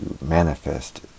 manifest